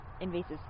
invasive